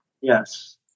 yes